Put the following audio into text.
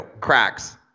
cracks